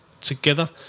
together